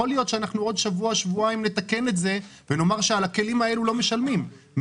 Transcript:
שעוד שבועיים נתקן את זה אבל בינתיים הם משלמים,